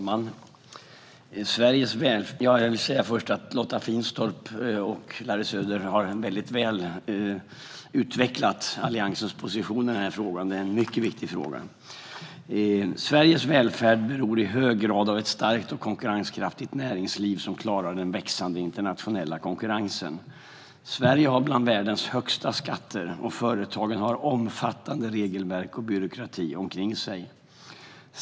Herr talman! Lotta Finstorp och Larry Söder har väldigt väl utvecklat Alliansens position i den här mycket viktiga frågan. Sveriges välfärd beror i hög grad på ett starkt och konkurrenskraftigt näringsliv som klarar den växande internationella konkurrensen. Sverige har bland världens högsta skatter, och företagen har omfattande regelverk och byråkrati omkring sig.